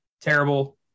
Terrible